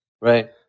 Right